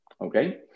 Okay